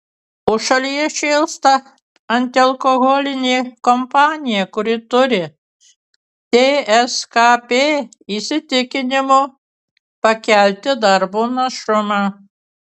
o šalyje šėlsta antialkoholinė kampanija kuri turi tskp įsitikinimu pakelti darbo našumą